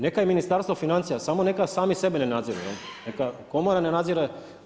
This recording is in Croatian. Neka je Ministarstvo financija, samo neka sami sebe ne nadziru, neka Komora ne nadzire.